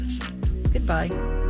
Goodbye